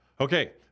Okay